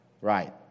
right